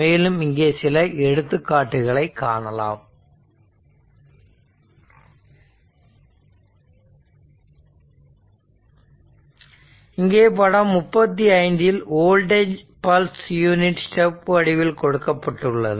மேலும் இங்கே சில எடுத்துக்காட்டுகளை காணலாம் இங்கே படம் 35 இல் வோல்டேஜ் பல்ஸ் யூனிட் ஸ்டெப் வடிவில் கொடுக்கப்பட்டுள்ளது